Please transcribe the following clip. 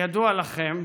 כידוע לכם,